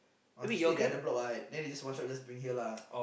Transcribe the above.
aunty stay the other block ah then we just one shot we just bring here lah